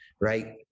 Right